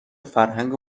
فرهنگ